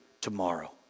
tomorrow